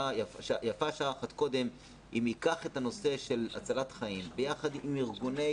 יפה שעה אחת קודם אם ייקח את הנושא של הצלת חיים ביחד עם ארגוני